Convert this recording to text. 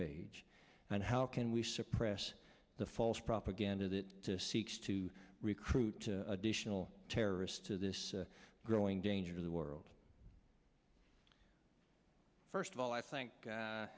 page and how can we suppress the false propaganda that seeks to recruit additional terrorists to this growing danger to the world first of all i think